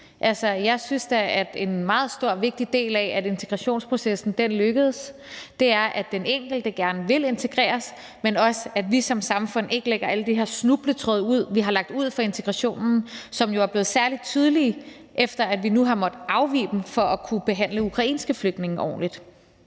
Jeg synes da, at en meget vigtig forudsætning for, at integrationsprocessen lykkes, er, at den enkelte gerne vil integreres, men også at vi som samfund ikke lægger alle de her snubletråde ud for integrationen, som vi har gjort, og som jo er blevet særlig tydelige, efter at vi nu har måttet afvige fra dem for at kunne behandle de ukrainske flygtninge ordentligt.